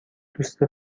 دوست